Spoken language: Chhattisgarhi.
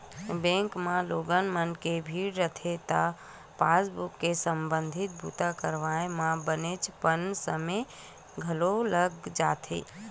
बेंक म लोगन मन के भीड़ रहिथे त पासबूक ले संबंधित बूता करवाए म बनेचपन समे घलो लाग जाथे